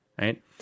right